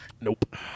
nope